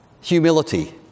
humility